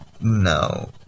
No